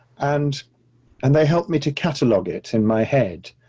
and and they helped me to catalog it in my head,